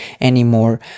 anymore